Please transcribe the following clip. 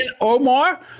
Omar